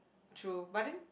true but then